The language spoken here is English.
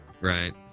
right